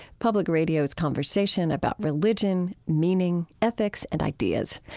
public radio's conversation about religion, meaning, ethics, and ideas.